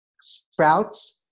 sprouts